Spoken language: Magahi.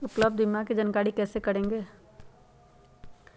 उपलब्ध बीमा के जानकारी कैसे करेगे?